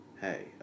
Hey